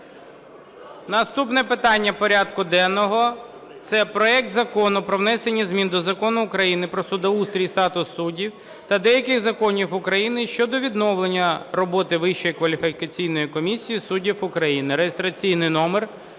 Наступне питання порядку денного – це проект Закону про внесення змін до Закону України "Про судоустрій і статус суддів" та деяких законів України щодо відновлення роботи Вищої кваліфікаційної комісії суддів України